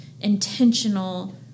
intentional